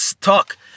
talk